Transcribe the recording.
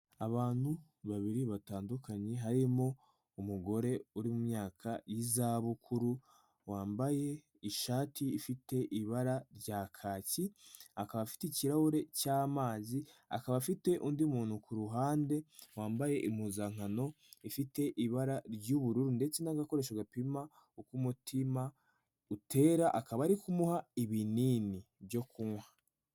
Abantu babiri batandukanye harimo umugore uri mu myaka y'izabukuru wambaye ishati ifite ibara rya kaki, akaba afite ikirahure cy'amazi akaba afite undi muntu ku ruhande wambaye impuzankano ifite ibara ry'ubururu ndetse n'agakoresho gapima uko umutima utera akaba ari kumuha ibinini byo kunywa.